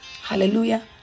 Hallelujah